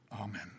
amen